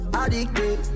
addicted